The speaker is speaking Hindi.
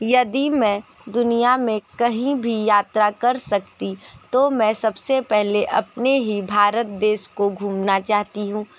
यदि मैं दुनिया में कहीं भी यात्रा कर सकती तो मैं सबसे पहले अपने ही भारत देश को घूमना चाहती हूँ